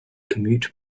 commute